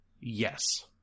Yes